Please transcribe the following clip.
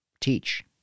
teach